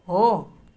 हो